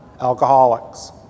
Alcoholics